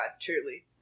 truly